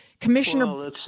commissioner